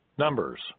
Numbers